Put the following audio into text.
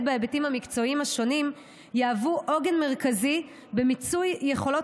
בהיבטים המקצועיים השונים יהוו עוגן מרכזי במיצוי יכולות